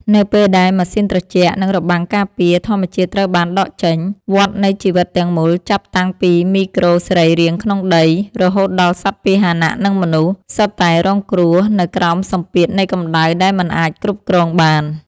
នៅពេលដែល ម៉ាស៊ីនត្រជាក់ និងរបាំងការពារ ធម្មជាតិត្រូវបានដកចេញ វដ្តនៃជីវិតទាំងមូលចាប់តាំងពីមីក្រូសរីរាង្គក្នុងដី រហូតដល់សត្វពាហនៈ និងមនុស្ស សុទ្ធតែរងគ្រោះនៅក្រោមសម្ពាធនៃកម្ដៅដែលមិនអាចគ្រប់គ្រងបាន។